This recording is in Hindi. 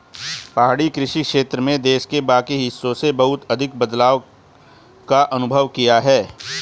पहाड़ी कृषि क्षेत्र में देश के बाकी हिस्सों से बहुत अधिक बदलाव का अनुभव किया है